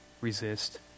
resist